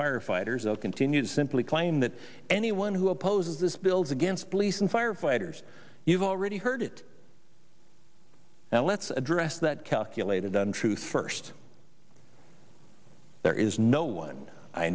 firefighters i'll continue to simply claim that anyone who opposes this builds against police and firefighters you've already heard it now let's address that calculated on truth first there is no one i